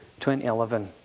2011